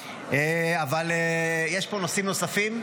אבל יש פה נושאים נוספים.